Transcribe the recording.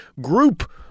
group